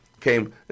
came